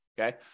Okay